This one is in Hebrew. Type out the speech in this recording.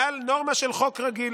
מעל נורמה של חוק רגיל.